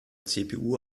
cpu